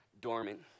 dormant